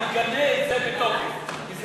מגנה את זה בתוקף.